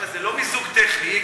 זה לא מיזוג טכני.